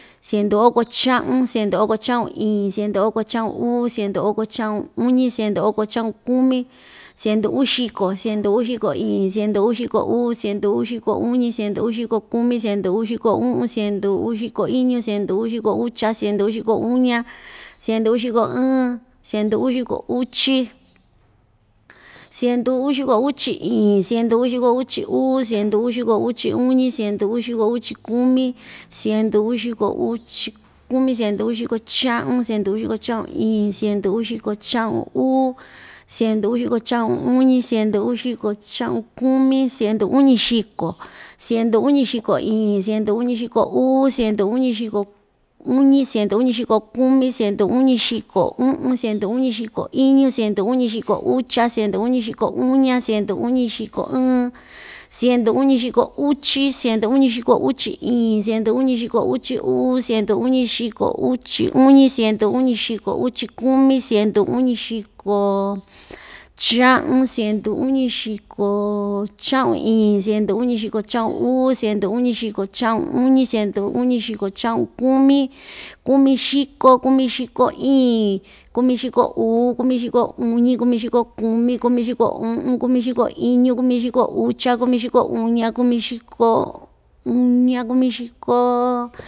Siendu oko cha'un, siendu oko cha'un iin, siendu oko cha'un uu, siendu oko cha'un uñi, siendu oko cha'un kumi, siendu uxiko, siendu uxiko iin, siendu uxiko uu, siendu uxiko uñi, siendu uxiko kumi, siendu uxiko u'un, siendu uxiko iñu, siendu uxiko ucha, siendu uxiko uña, siendu uxiko ɨɨn, siendu uxiko uchi, siendu uxiko uchi iin, siendu uxiko uchi uu, siendu uxiko uchi uñi, siendu uxiko uchi kumi, siendu uxiko uchi kumi siendu uxiko cha'un, siendu uxiko cha'un iin, siendu uxiko cha'un uu, siendu uxiko cha'un uñi, siendu uxiko cha'un kumi, siendu uñixiko, siendu uñixiko iin, siendu uñixiko uu, siendu uñixiko uñi, siendu uñixiko kumi, siendu uñixiko u'un, siendu uñixiko iñu, siendu uñixiko ucha, siendu uñixiko uña, siendu uñixiko ɨɨn, siendu uñixiko uchi, siendu uñixiko uchi iin, siendu uñixiko uchi uu, siendu uñixiko uchi uñi, siendu uñixiko uchi kumi, siendu uñixiko cha'un, siendu uñixiko cha'un iin, siendu uñixiko cha'un uu, siendu uñixiko cha'un uñi, siendu uñixiko cha'un kumi, kumixiko, kumixiko iin, kumixiko uu, kumixiko uñi, kumixiko kumi, kumixiko u'un, kumixiko iñu, kumixiko ucha, kumixiko uña, kumixiko uña, kumixiko.